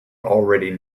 already